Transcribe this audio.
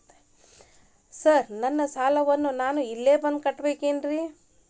Sir ನನ್ನ ಸಾಲವನ್ನು ನಾನು ಇಲ್ಲೇ ಬಂದು ಕಟ್ಟಬೇಕೇನ್ರಿ?